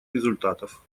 результатов